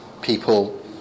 people